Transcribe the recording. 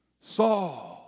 Saul